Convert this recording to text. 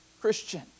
Christian